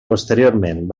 posteriorment